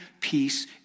peace